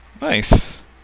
Nice